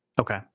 okay